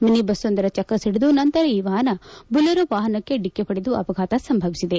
mini ಬಸ್ಗೊಂದರ ಚಕ್ರ ಸಿಡಿದು ನಂತರ ಈ ವಾಹನ ಬುಲೆರೋ ವಾಹನಕ್ಕೆ ಡಿಕ್ಕಿ ಹೊಡೆದು ಅಪಘಾತ ಸಂಭವಿಸಿದೆ